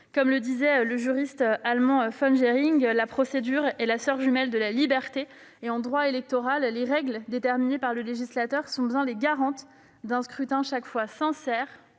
Comme le disait le juriste allemand von Jhering, la procédure est soeur jumelle de la liberté. En droit électoral, les règles déterminées par le législateur sont bien les garantes d'un scrutin chaque fois sincère,